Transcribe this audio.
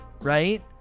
right